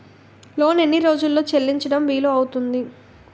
Loan ఎన్ని రోజుల్లో చెల్లించడం వీలు అవుతుంది?